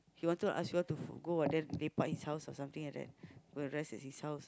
he wanted to ask y'all to f~ go and then lepak his house or something like that go rest at his house